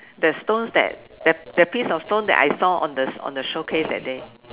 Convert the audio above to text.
that stone that that that piece of stone that I saw on on the showcase that day